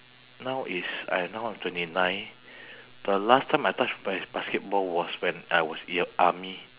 now it's I now twenty nine the last time I touch my basketball was when I was in army